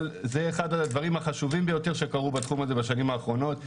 אבל זה אחד הדברים החשובים ביותר שקרו בתחום הזה בשנים האחרונות,